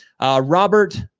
Robert